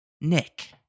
Nick